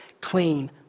clean